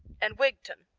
and wigtown.